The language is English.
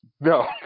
No